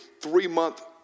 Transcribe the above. three-month